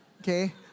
Okay